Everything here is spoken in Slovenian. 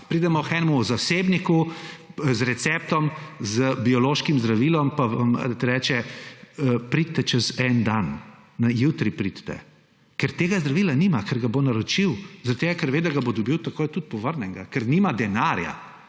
pridemo k enemu zasebniku z receptom za biološka zdravilo pa nam reče, pridite čez en dan, jutri pridite? Ker tega zdravila nima, ker ga bo naročil, zaradi tega ker ve, da ga bo takoj dobil tudi povrnjenega. Ker nima denarja.